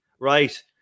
right